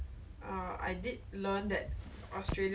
what other countries would you like to visit though